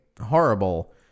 horrible